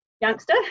youngster